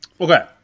Okay